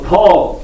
Paul